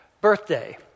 birthday